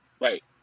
Right